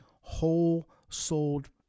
whole-souled